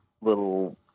little